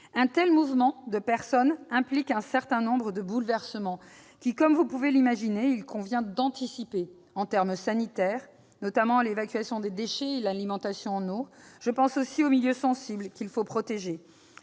Un tel mouvement de personnes implique un certain nombre de bouleversements, qu'il convient, comme vous pouvez l'imaginer, d'anticiper. En termes sanitaires, il s'agit notamment de prévoir l'évacuation des déchets et l'alimentation en eau. Je pense aussi aux milieux sensibles, qu'il faut protéger,